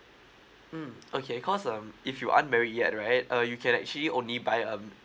mm okay cause um if you aren't married yet right uh you can actually only buy a